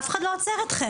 אף אחד לא עוצר אתכם.